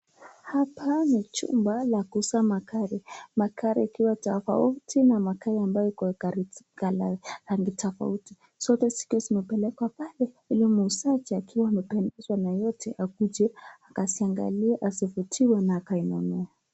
Hapa ni chumba la kuuza magari. Magari ikiwa tofauti na magari ambayo iko rangi hali tofauti. Zote zikiwa zimepelekwa pale ule muuzaji akiwa amependezwa na yote akuje akaziangaliye avutiwe na akainunua.